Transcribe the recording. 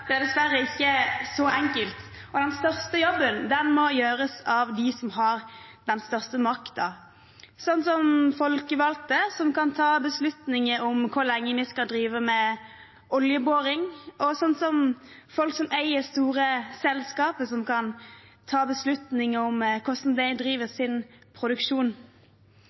det er dessverre ikke så enkelt. Den største jobben må gjøres av dem som har den største makten, sånn som folkevalgte, som kan ta beslutninger om hvor lenge vi skal drive med oljeboring, og sånn som folk som eier store selskaper, og som kan ta beslutning om hvordan de driver sin produksjon.